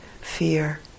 fear